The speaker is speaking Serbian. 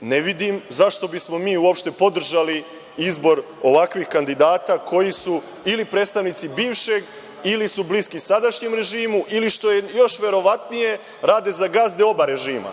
ne vidim zašto bismo mi uopšte podržali izbor ovakvih kandidata koji su ili predstavnici bivšeg ili su bliski sadašnjem režimu ili, što je još verovatnije, rade za gazde oba režima,